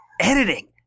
editing